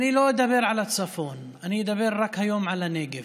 אני לא אדבר על הצפון, אני אדבר היום רק על הנגב.